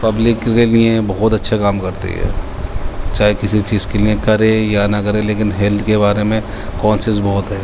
public کے لیے بہت اچھا کام کرتی ہے چاہے کسی چیز کے لیے کرے یا نہ کرے لیکن ہیلتھ کے بارے میں کونسیز بہت ہے